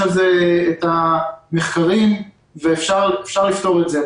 יש על זה מחקרים ואפשר לפתור את זה.